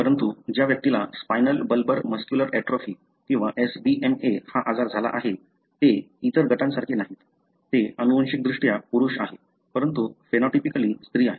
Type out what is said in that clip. परंतु ज्या व्यक्तीला स्पायनल बल्बर मस्क्युलर ऍट्रोफी किंवा SBMA हा आजार झाला आहे ते इतर गटांसारखे नाहीत ते अनुवांशिकदृष्ट्या पुरुष आहेत परंतु फेनॉटिपिकली स्त्री आहेत